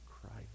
Christ